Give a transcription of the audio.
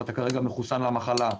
ואתה כרגע מחוסן מהמחלה,